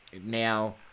Now